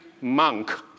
monk